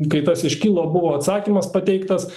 kai tas iškilo buvo atsakymas pateiktas